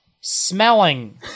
smelling